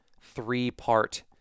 three-part